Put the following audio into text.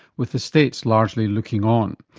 with the states largely looking on.